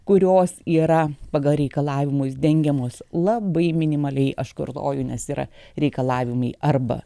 kurios yra pagal reikalavimus dengiamos labai minimaliai aš kartoju nes yra reikalavimai arba